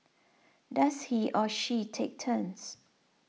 does he or she take turns